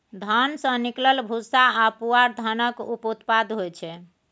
धान सँ निकलल भूस्सा आ पुआर धानक उप उत्पाद होइ छै